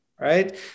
Right